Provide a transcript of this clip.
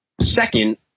second